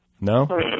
No